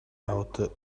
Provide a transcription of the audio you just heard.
alter